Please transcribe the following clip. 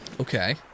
Okay